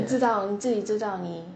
你知道你自己知道你